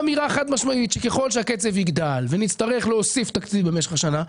ככל שהקצב יגדל ונצטרך להוסיף תקציב במשך השנה,